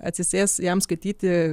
atsisės jam skaityti